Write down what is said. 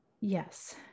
Yes